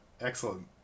Excellent